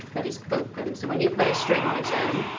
but it's open, so when you play a string on its own,